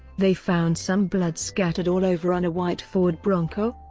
they found some blood scattered all over on a white ford bronco.